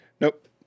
Nope